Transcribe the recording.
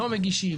לא מגישים,